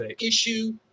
issue